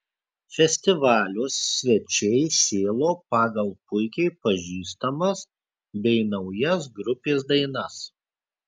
festivalio svečiai šėlo pagal puikiai pažįstamas bei naujas grupės dainas